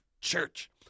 Church